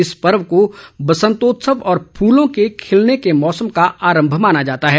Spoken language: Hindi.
इस पर्व को बसंतोत्सव और फूलों के खिलने के मौसम का आरंभ माना जाता है